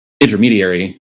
intermediary